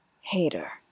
Hater